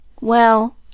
Well